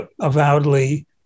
avowedly